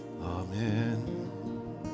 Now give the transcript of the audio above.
Amen